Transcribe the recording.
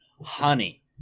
Honey